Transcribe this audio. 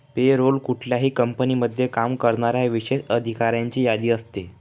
पे role कुठल्याही कंपनीमध्ये काम करणाऱ्या विशेष अधिकाऱ्यांची यादी असते